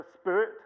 Spirit